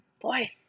boy